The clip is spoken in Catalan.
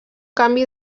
canvi